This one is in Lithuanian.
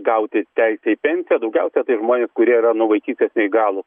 gauti teisę į pensiją daugiausiai tai žmonės kurie yra nuo vaikystės neįgalūs